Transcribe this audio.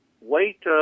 wait